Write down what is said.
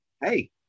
hey